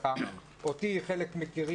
כשאמרו לי שאתה אמור להיות יושב-ראש הוועדה,